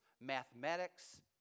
mathematics